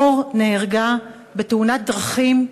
מור נהרגה בתאונת דרכים,